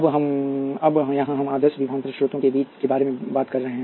अब यहां हम आदर्श विभवांतर स्रोतों के बारे में बात कर रहे हैं